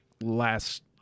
last